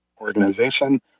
organization